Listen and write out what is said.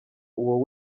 uwo